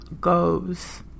goes